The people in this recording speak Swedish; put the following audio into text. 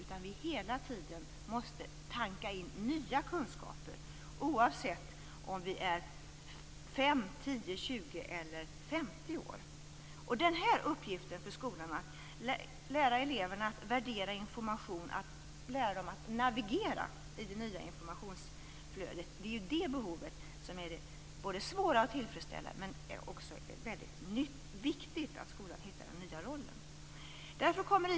Vi måste hela tiden tanka nya kunskaper, oavsett om vi är 5, 10, 20 Det är en uppgift för skolorna att lära eleverna att värdera information och att lära dem att navigera i det nya informationsflödet. Det är det behovet som både är det svåra att tillfredsställa och där det är väldigt viktigt att skolan hittar den nya rollen.